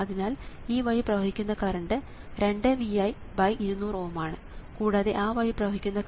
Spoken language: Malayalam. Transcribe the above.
അതിനാൽ ഈ വഴി പ്രവഹിക്കുന്ന കറണ്ട് 2Vi200 Ω ആണ് കൂടാതെ ആ വഴി പ്രവഹിക്കുന്ന കറണ്ട് 2Vi200 Ω ആണ്